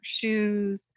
shoes